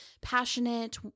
passionate